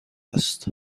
است